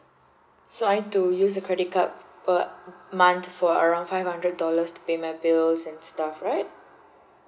so I need to use a credit card per month for around five hundred dollars to pay my bills and stuff right